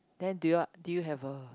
then do you do you have a